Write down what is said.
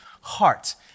heart